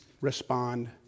respond